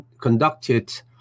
conducted